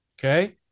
okay